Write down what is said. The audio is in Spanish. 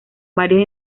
varios